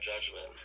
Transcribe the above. judgment